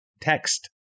text